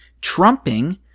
trumping